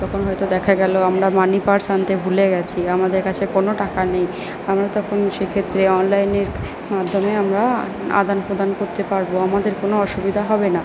তখন হয়তো দেখা গেল আমরা মানি পার্স আনতে ভুলে গেছি আমাদের কাছে কোনো টাকা নেই আমরা তখন সেক্ষেত্রে অনলাইনের মাধ্যমে আমরা আদান প্রদান করতে পারবো আমাদের কোনো অসুবিধা হবে না